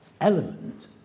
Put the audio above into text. element